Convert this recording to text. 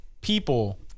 people